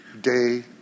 day